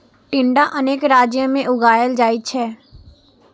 टिंडा अनेक राज्य मे उगाएल जाइ छै